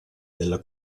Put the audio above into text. della